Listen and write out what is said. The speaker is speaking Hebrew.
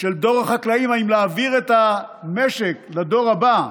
של דור החקלאים אם להעביר את המשק לדור הבא,